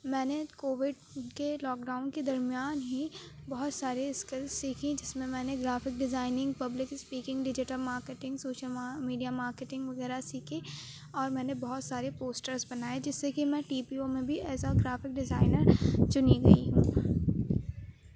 میں نے کووڈ کے لاک ڈاؤن کے درمیان ہی بہت سارے اسکلس سیکھیں جس میں میں نے graphic designing public speaking digital marketing social media marketing وغیرہ سیکھی اور میں نے بہت سارے پوسٹرس بنائے جس سے کہ میں ٹی پی او میں بھی ایز آ گرافیک ڈیزائنر چنی گئی